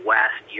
West